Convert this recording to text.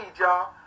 y'all